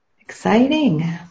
Exciting